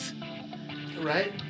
right